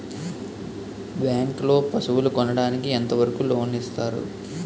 Bank లో పశువుల కొనడానికి ఎంత వరకు లోన్ లు ఇస్తారు?